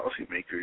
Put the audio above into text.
policymakers